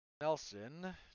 Nelson